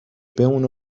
بمونه